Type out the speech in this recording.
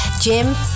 Jim